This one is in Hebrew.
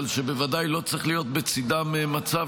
אבל שבוודאי לא צריך להיות בצידם מצב